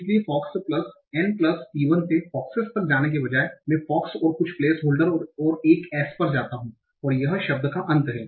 इसलिए fox plus n plus p1 से foxes तक जाने के बजाय मैं fox और कुछ प्लेसहोल्डर और एक s पर जाता हूं और यह शब्द का अंत है